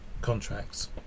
contracts